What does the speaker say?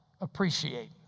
appreciate